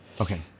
Okay